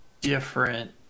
different